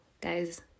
guys